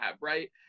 right